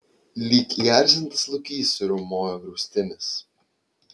lyg įerzintas lokys suriaumojo griaustinis